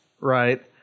right